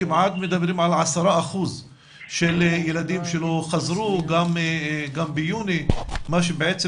מדברים על כמעט 10 אחוזים של ילדים שלא חזרו גם בחודש יוני מה שבעצם